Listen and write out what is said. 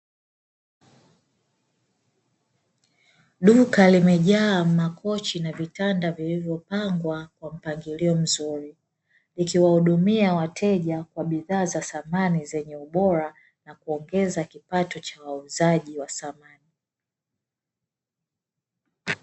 Duka limejaa makochi na vitanda vilivyopangwa kwa mpangilio mzuri likiwahudumia wateja kwa bidhaa za samani zenye ubora na kuongeza kipato cha wauzaji wa samani.